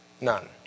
None